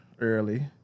early